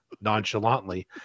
nonchalantly